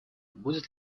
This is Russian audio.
будет